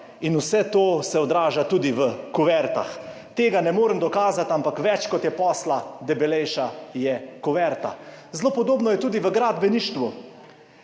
in vse to se odraža tudi v kuvertah, tega ne morem dokazati, ampak več kot je posla, debelejša je kuverta. Zelo podobno je tudi v gradbeništvu.